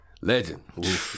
legend